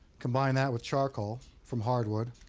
combine that with charcoal from hardwood,